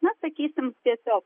na sakysim tiesiog